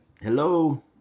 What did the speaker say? hello